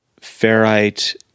Ferrite